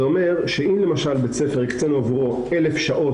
זה אומר שאם למשל הקצינו עבור בית ספר,